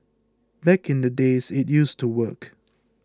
back in the days it used to work